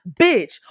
bitch